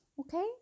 Okay